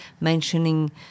mentioning